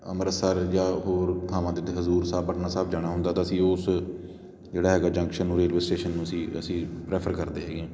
ਅੰਮ੍ਰਿਤਸਰ ਜਾਂ ਹੋਰ ਥਾਵਾਂ 'ਤੇ ਹਜ਼ੂਰ ਸਾਹਿਬ ਪਟਨਾ ਸਾਹਿਬ ਜਾਣਾ ਹੁੰਦਾ ਤਾਂ ਅਸੀਂ ਉਸ ਜਿਹੜਾ ਹੈਗਾ ਜੰਕਸ਼ਨ ਨੂੰ ਰੇਲਵੇ ਸਟੇਸ਼ਨ ਨੂੰ ਅਸੀਂ ਅਸੀਂ ਪ੍ਰੈਫਰ ਕਰਦੇ ਹੈਗੇ ਹਾਂ